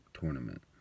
tournament